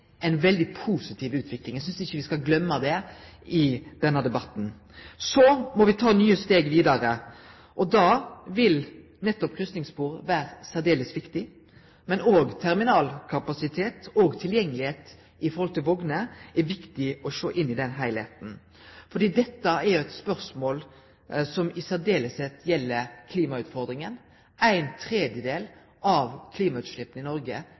veldig positiv utvikling. Eg synest ikkje me skal gløyme det i denne debatten. Så må me ta nye steg vidare, og da vil nettopp kryssingsspor vere særdeles viktig. Men òg terminalkapasitet og tilgjengelegheit på vogner er viktig å sjå i den heilskapen, fordi dette er eit spørsmål som særleg gjeld klimautfordringa. Ein tredel av klimautsleppa i